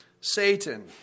Satan